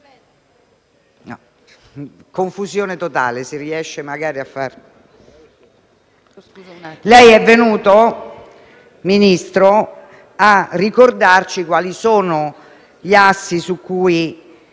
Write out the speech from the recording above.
Lei è venuto, Ministro, a ricordarci quali sono gli assi su cui